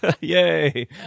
Yay